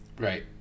Right